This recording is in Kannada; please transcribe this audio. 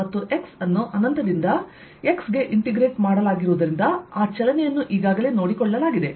ಮತ್ತು x ಅನ್ನು ಅನಂತದಿಂದ x ಗೆ ಇಂಟೆಗ್ರೇಟ್ ಮಾಡಲಾಗಿರುವುದರಿಂದ ಆ ಚಲನೆಯನ್ನು ಈಗಾಗಲೇ ನೋಡಿಕೊಳ್ಳಲಾಗಿದೆ